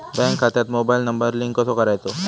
Bank खात्यात mobile number link कसो करायचो?